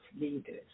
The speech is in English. leaders